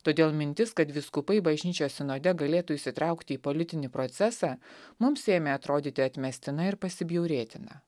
todėl mintis kad vyskupai bažnyčios sinode galėtų įsitraukti į politinį procesą mums ėmė atrodyti atmestina ir pasibjaurėtina